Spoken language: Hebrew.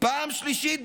פעם שלישית,